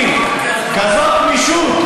להפגין כזאת גמישות.